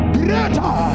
greater